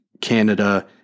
Canada